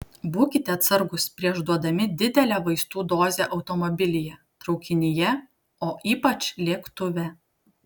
būkite atsargūs prieš duodami didelę vaistų dozę automobilyje traukinyje o ypač lėktuve